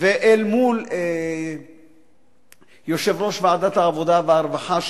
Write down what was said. ואל מול יושב-ראש ועדת העבודה והרווחה,